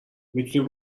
میتونی